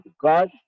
God